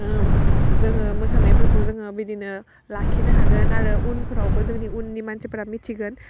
जोङो मोसानायफोरखौ जोङो बिदिनो लाखिनो हागोन आरो उनफ्रावबो जोंनि उननि मानसिफोरा मिथिगोन